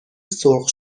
سرخ